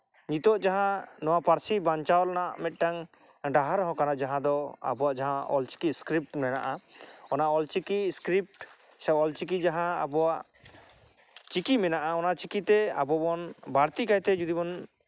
ᱱᱤᱛᱚᱜ ᱡᱟᱦᱟᱸ ᱱᱚᱣᱟ ᱯᱟᱹᱨᱥᱤ ᱵᱟᱧᱪᱟᱣ ᱨᱮᱱᱟᱜ ᱡᱟᱦᱟᱸ ᱱᱚᱣᱟ ᱢᱤᱫᱴᱟᱝ ᱰᱟᱦᱟᱨ ᱦᱚᱸ ᱠᱟᱱᱟ ᱡᱟᱦᱟᱸ ᱫᱚ ᱟᱵᱚᱣᱟᱜ ᱡᱟᱦᱟᱸ ᱚᱞᱪᱤᱠᱤ ᱤᱥᱠᱨᱤᱯᱴ ᱢᱮᱱᱟᱜᱼᱟ ᱚᱱᱟ ᱚᱞᱪᱤᱠᱤ ᱤᱥᱠᱨᱤᱯᱴ ᱥᱮ ᱚᱞᱪᱤᱠᱤ ᱡᱟᱦᱟᱸ ᱟᱵᱚᱣᱟᱜ ᱪᱤᱠᱤ ᱢᱮᱱᱟᱜᱼᱟ ᱚᱱᱟ ᱪᱤᱠᱤᱛᱮ ᱟᱵᱚ ᱵᱚᱱ ᱵᱟᱹᱲᱛᱤ ᱠᱟᱭᱛᱮ ᱟᱵᱚ ᱵᱚᱱ